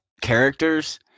characters